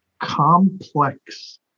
complex